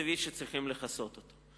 שצריך לכסות אותו.